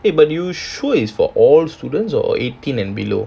eh but you sure is for all students or eighteen and below